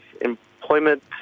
employment